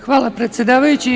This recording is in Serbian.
Hvala, predsedavajući.